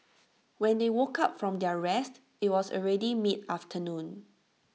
when they woke up from their rest IT was already mid afternoon